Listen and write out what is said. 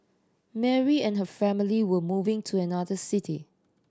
Mary and her family were moving to another city